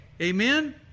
Amen